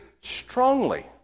strongly